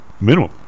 minimum